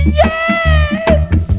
yes